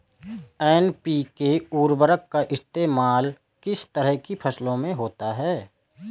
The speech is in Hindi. एन.पी.के उर्वरक का इस्तेमाल किस तरह की फसलों में होता है?